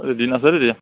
দুদিন আছে তেতিয়া